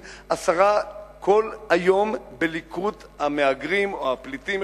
כל היום בליקוט המהגרים או הפליטים,